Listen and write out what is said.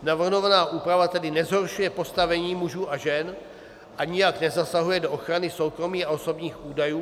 Navrhovaná úprava tedy nezhoršuje postavení mužů a žen a nijak nezasahuje do ochrany soukromí a osobních údajů.